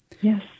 Yes